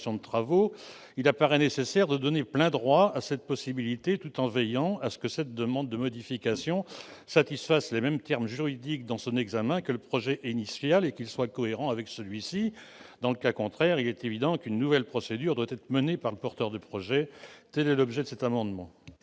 de travaux, il apparaît nécessaire de donner plein droit à cette possibilité, tout en veillant à ce que cette demande de modification satisfasse les mêmes termes juridiques dans son examen que le projet initial et soit cohérente avec celui-ci. Dans le cas contraire, il est évident qu'une nouvelle procédure doit être engagée par le porteur du projet. Quel est l'avis de la commission